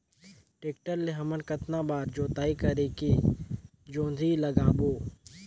Tractor ले हमन कतना बार जोताई करेके जोंदरी लगाबो?